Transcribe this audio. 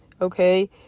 okay